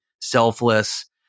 selfless